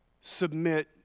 submit